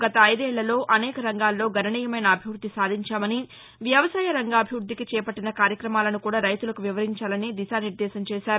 గత ఐదేళ్ళలో అనేక రంగాల్లో గణనీయమైన అభివృద్ధి సాధించామని వ్యవసాయరంగాభివృద్ధికి చేపట్టిన కార్యక్రమాలను కూడా రైతులకు వివరించాలని దిశా నిర్దేశం చేశారు